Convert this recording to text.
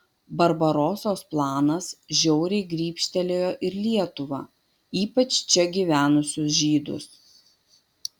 barbarosos planas žiauriai grybštelėjo ir lietuvą ypač čia gyvenusius žydus